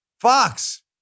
Fox